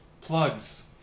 Plugs